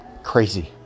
crazy